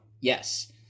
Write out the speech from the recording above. Yes